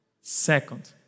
Second